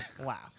wow